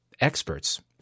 experts